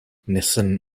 nissan